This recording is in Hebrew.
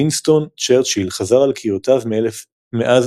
וינסטון צ'רצ'יל חזר על קריאותיו מאז